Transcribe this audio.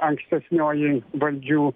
ankstesnioji valdžių